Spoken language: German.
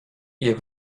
ihr